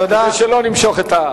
כדי שלא נמשוך את,